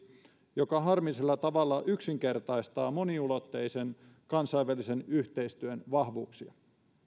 joka harmillisella tavalla yksinkertaistaa moniulotteisen kansainvälisen yhteistyön vahvuuksia